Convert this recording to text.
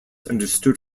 understood